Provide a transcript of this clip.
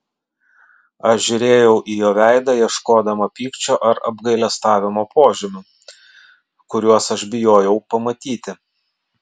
aš žiūrėjau į jo veidą ieškodama pykčio ar apgailestavimo požymių kuriuos aš bijojau pamatyti